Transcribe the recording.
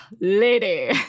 lady